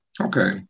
Okay